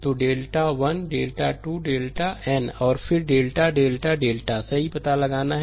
तो delta 1 delta 2 तक delta N और फिर डेल्टा डेल्टा डेल्टा सही पता लगाना है